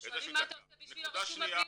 אנחנו שואלים מה אתה עושה בשביל הרישום הפלילי,